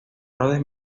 rhodes